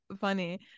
funny